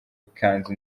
ikanzu